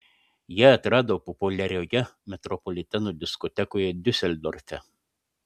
ją atrado populiarioje metropoliteno diskotekoje diuseldorfe